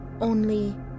Only